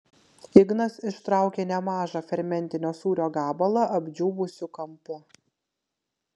ignas ištraukė nemažą fermentinio sūrio gabalą apdžiūvusiu kampu